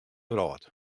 wrâld